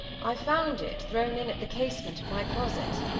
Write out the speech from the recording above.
i found it thrown in at the casement of my closet.